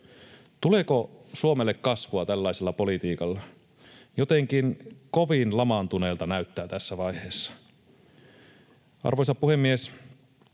Tuleeko Suomelle kasvua tällaisella politiikalla? Jotenkin kovin lamaantuneelta näyttää tässä vaiheessa. Arvoisa puhemies!